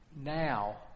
Now